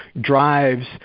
drives